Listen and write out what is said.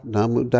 Namu